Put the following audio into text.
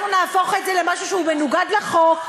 אנחנו נהפוך את זה למשהו שהוא מנוגד לחוק.